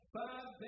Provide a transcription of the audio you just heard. five